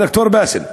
אל-דוקטור באסל,